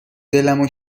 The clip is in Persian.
دلمو